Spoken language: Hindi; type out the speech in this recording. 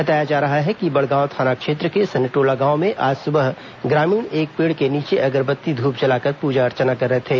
बताया जा रहा है कि बड़गांव थाना क्षेत्र के सनटोला गांव में आज सुबह ग्रामीण एक पेड़ के नीचे अगरबत्ती धूप जलाकर पूजा अर्चना कर रहे थे